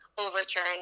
overturn